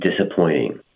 disappointing